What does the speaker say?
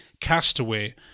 castaway